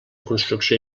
construcció